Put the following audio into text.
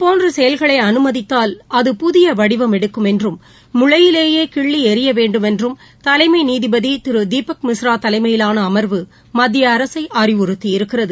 போன்றசெயல்களைஅமைதித்தால் புதியவடிவம் எடுக்கும் என்றும் இது முளையிலேயேகிள்ளிளரியவேண்டுமென்றும் தலைமைநீதிபதிதிருதீபக் மிஸ்ரா தலைமையிலானஅமர்வு மத்தியஅரசைஅறிவுறுத்தி இருக்கிறது